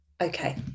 okay